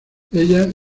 ella